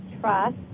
trust